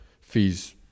fees